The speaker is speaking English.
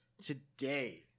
today